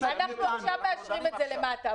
אנחנו עכשיו מאשרים את זה למטה,